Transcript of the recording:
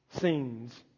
scenes